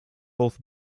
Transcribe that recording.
both